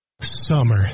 Summer